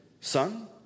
Son